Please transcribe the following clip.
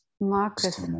Marcus